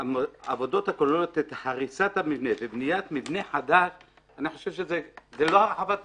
עבודות הכוללות את הריסת המבנה ובניית מבנה - זה לא הרחבת מבנה.